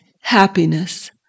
happiness